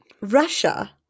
Russia